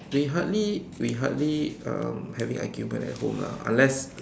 we hardly we hardly um having argument at home lah unless